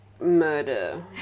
murder